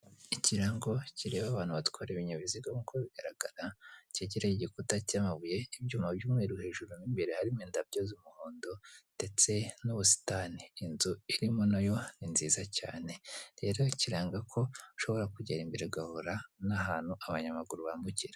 Ikirango kireba abantu batwara ibinyabiziga nk'uko bigaragara cyegereye igikuta cy'amabuye ibyuma by'umweru hejuru n'imbere harimo indabyo z'umuhondo ndetse n'ubusitani inzu irimo nayo ni nziza cyane rero kiranga ko ushobora kugera imbere igahura n'ahantu abanyamaguru bambukira.